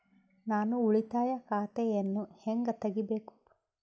ನಾನು ಉಳಿತಾಯ ಖಾತೆಯನ್ನು ಹೆಂಗ್ ತಗಿಬೇಕು?